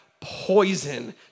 poison